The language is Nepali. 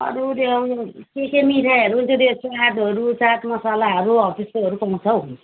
अरू त्यो के के मिठाईहरू त्यो चाटहरू चाट मसालाहरू हो त्यस्तोहरू पाउँछ हौ